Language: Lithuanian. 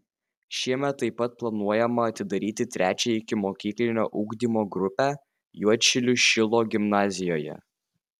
šiemet taip pat planuojama atidaryti trečią ikimokyklinio ugdymo grupę juodšilių šilo gimnazijoje